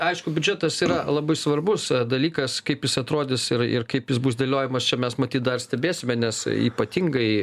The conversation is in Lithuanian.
aišku biudžetas yra labai svarbus dalykas kaip jis atrodys ir ir kaip jis bus dėliojamas čia mes matyt dar stebėsime nes ypatingai